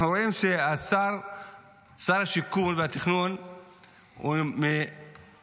אנחנו רואים ששר השיכון והתכנון מבקר